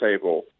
table